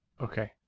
Okay